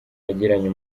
yagiranye